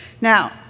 Now